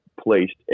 placed